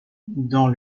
dans